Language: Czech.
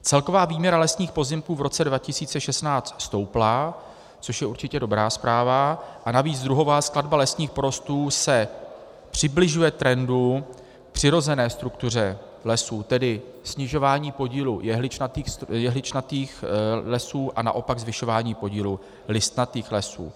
Celková výměra lesních pozemků v roce 2016 stoupla, což je určitě dobrá zpráva, a navíc druhová skladba lesních porostů se přibližuje trendu, přirozené struktuře lesů, tedy snižování podílu jehličnatých lesů a naopak zvyšování podílu listnatých lesů.